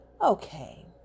Okay